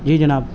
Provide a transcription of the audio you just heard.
جی جناب